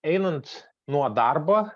einant nuo darbo